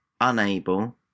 unable